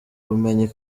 ubumenyi